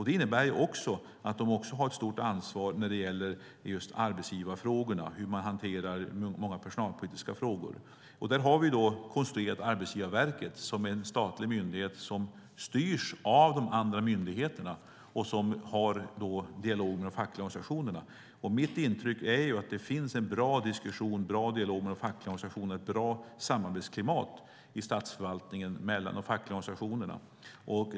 Det innebär att de också har ett stort ansvar när det gäller arbetsgivarfrågorna, hur man hanterar många personalpolitiska frågor. Här har vi konstruerat Arbetsgivarverket som är en statlig myndighet som styrs av de andra myndigheterna och som har dialog med de fackliga organisationerna. Mitt intryck är att det finns en bra dialog med de fackliga organisationerna och ett bra samarbetsklimat i statsförvaltningen mellan de fackliga organisationerna.